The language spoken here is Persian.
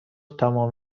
تمام